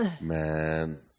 man